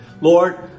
Lord